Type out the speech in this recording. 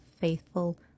faithful